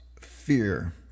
fear